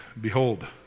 behold